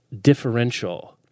differential